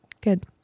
good